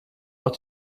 auch